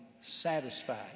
satisfied